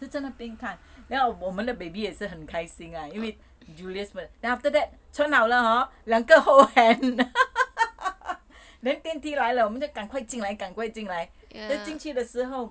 站那边看 then 我们的 baby 也是很开心啊因为 julius then after that 穿好了 hor 两个 hor hold hand then 电梯来了我们就赶快进来赶快进来 then 进去的时候